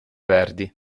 verdi